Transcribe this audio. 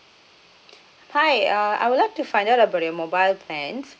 hi uh I would like to find out about your mobile plans